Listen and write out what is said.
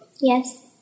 Yes